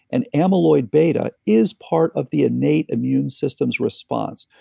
and amyloid beta is part of the innate immune system's response.